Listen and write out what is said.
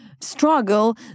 struggle